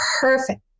perfect